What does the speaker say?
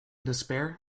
despair